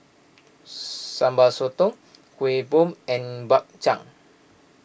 Sambal Sotong Kuih Bom and Bak Chang